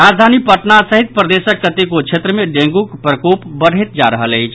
राजधानी पटना सहित प्रदेशक कतेको क्षेत्र मे डेंगूक प्रकोप बढ़ैत जा रहल अछि